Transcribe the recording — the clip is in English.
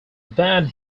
band